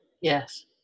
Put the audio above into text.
Yes